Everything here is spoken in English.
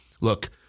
Look